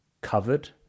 covered